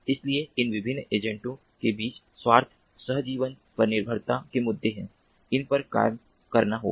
इसलिए इन विभिन्न एजेंटों के बीच स्वार्थ स्वार्थ सहजीवन पर निर्भरता के मुद्दे हैं इन पर काम करना होगा